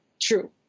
true